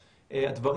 ככל שהדברים